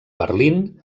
berlín